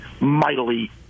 mightily